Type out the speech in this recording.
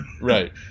Right